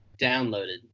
Downloaded